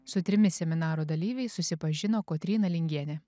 su trimis seminaro dalyviais susipažino kotryna lingienė